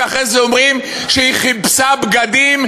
שאחרי זה אומרים שהיא כיבסה בגדים,